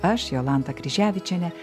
aš jolanta kryževičienė